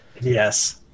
Yes